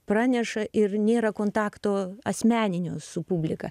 praneša ir nėra kontakto asmeninio su publika